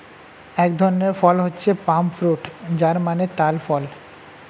এক ধরনের ফল হচ্ছে পাম ফ্রুট যার মানে তাল ফল